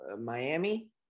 Miami